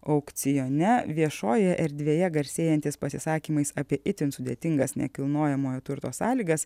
aukcione viešojoje erdvėje garsėjantis pasisakymais apie itin sudėtingas nekilnojamojo turto sąlygas